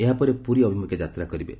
ଏହା ପରେ ପୁରୀ ଅଭିମୁଖେ ଯାତ୍ରା କରିବେ